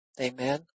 Amen